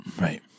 right